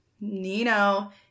Nino